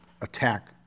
attack